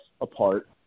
apart